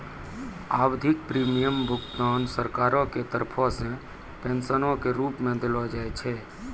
आवधिक प्रीमियम भुगतान सरकारो के तरफो से पेंशनो के रुप मे देलो जाय छै